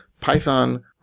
Python